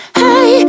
hey